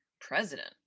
president